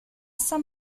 saint